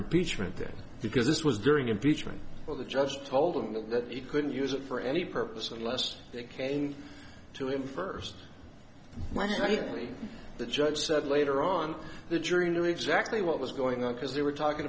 impeachment there because this was during impeachment or the judge told him that he couldn't use it for any purpose unless it came to him first when you finally the judge said later on the jury knew exactly what was going on because they were talking